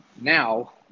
now